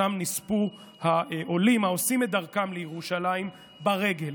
ששם נספו העולים שעשו את דרכם לירושלים ברגל.